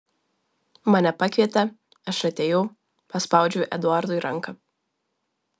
mane pakvietė aš atėjau paspaudžiau eduardui ranką